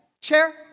chair